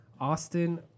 Austin